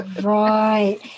Right